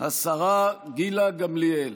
השרה גילה גמליאל.